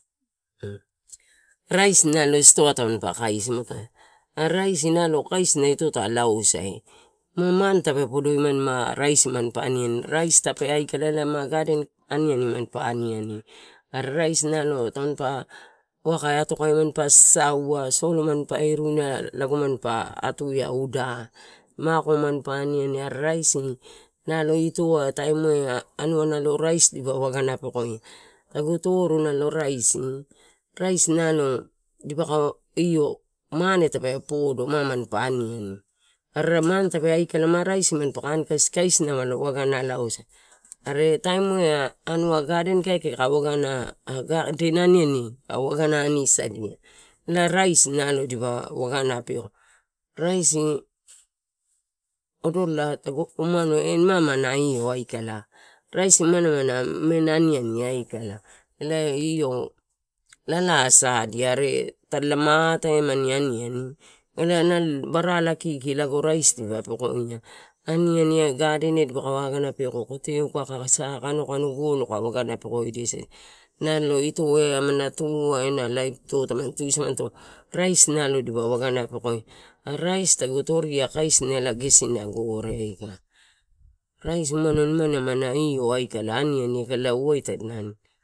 Raisi naio stoai tanipa kaisi mu atae are raisi ito ai kaisina ta lausai, ma mane tape podoimani ma raisi manpa aniani, raisi tape aikala ma elae gaden aniani manpa aniani. Are raisi naio tamaniua pa atokaia manpa sasaua, solo manpa iruina lago manpa atua ia udai. Mako manpa aniani, are raisi ito ai taim eai anua raisi dipa wagana pekoia. Tagu toru naio raisi, raisi naio dipa ka io mane tape podo ma-manpa aniani are mane tape aikala ma raisi mampaka ani, kasi kaisina malo waga lausai. Are taimu e anua gaden kaikai ha gaden aniani ka waga ani sadia elae raisi dipa wagana peko. Raisi odorola tagu, umado e nimani ena io aikala raisi imani amana mein aniani aikala elae io lala sadia, are tadi lama ataimani aniani elae nalo barala kiki naio raisi dipa pekoia, aniani gardenia nalo dipaka waga peko, koteuka, aka sa kanokano golo ka waga pekoidia sadia naio ito ai amanatuai ena laip ito taman tusamanito, raisi naio dipa waga peko ia are tagu toria kaisina erae gesina gore aika, raisi umano mani amana aniani aikala elae waita adina aniani.